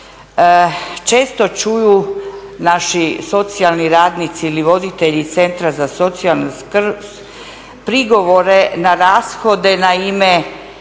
često čuju naši socijalni radnici ili voditelji centra za socijalnu skrb, prigovore na rashode na ime